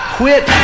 quit